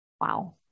Wow